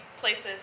places